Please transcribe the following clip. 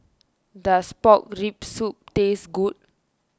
does Pork Rib Soup taste good